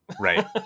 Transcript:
Right